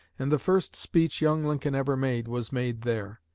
and the first speech young lincoln ever made was made there.